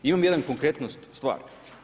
Imam jednu konkretnu stvar.